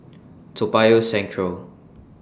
Toa Payoh Central